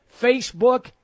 Facebook